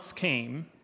came